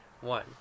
One